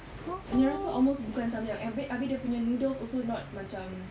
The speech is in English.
dia nya rasa almost bukan Samyang and babe abeh dia punya noodles also not macam